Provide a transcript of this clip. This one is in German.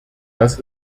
dass